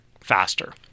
faster